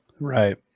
Right